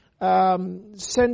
Send